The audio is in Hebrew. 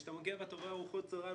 כשאתה מגיע ואתה רואה ארוחות צוהריים,